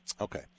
Okay